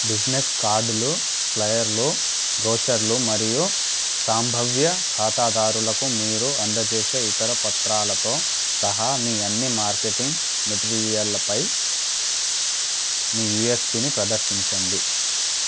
business కార్డులు ప్లైయర్లు బ్రోచర్లు మరియు సాంభవ్య ఖాతాదారులకు మీరు అందజేసే ఇతర పత్రాలతో సహా మీ అన్ని మార్కెటింగ్ మెటీరియల్లపై మీ యుయస్పిని ప్రదర్శించండి